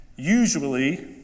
Usually